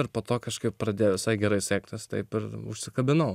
ir po to kažkaip pradėjo visai gerai sektis taip ir užsikabinau